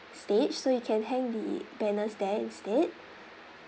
stage so you can hang the banners there instead